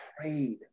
prayed